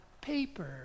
paper